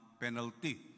Penalty